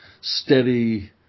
steady